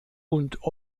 und